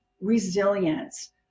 resilience